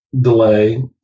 delay